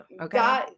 Okay